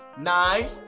nine